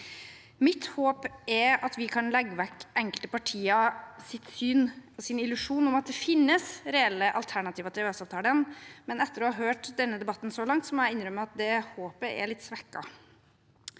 Mitt håp er at vi kan legge vekk enkelte partiers syn og illusjon om at det finnes reelle alternativer til EØS-avtalen, men etter å ha hørt denne debatten så langt må jeg innrømme at det håpet er litt svekket.